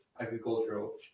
agricultural